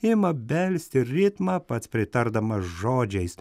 ima belsti ritmą pats pritardamas žodžiais